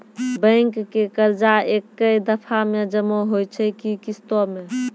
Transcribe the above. Bank के कर्जा ऐकै दफ़ा मे जमा होय छै कि किस्तो मे?